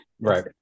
right